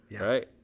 right